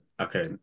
okay